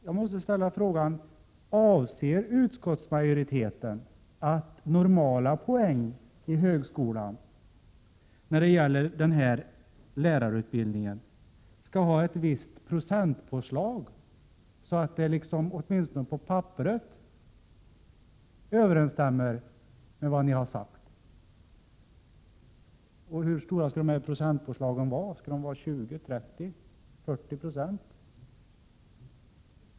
Jag måste ställa frågan: Avser utskottsmajoriteten att normala poäng i högskolan när det gäller denna lärarutbildning skall ha vissa procentpåslag, så att det hela åtminstone på papperet överensstämmer med vad ni har sagt? Och hur stora skall dessa procentpåslag vara — 20, 30 eller 40 96?